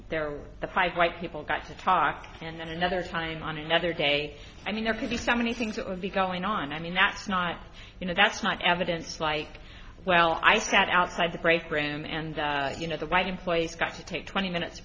were the five white people got to talk and then another time on another day i mean there could be so many things that would be going on i mean that's not you know that's not evidence like well i sat outside the break graham and you know the white employees got to take twenty minutes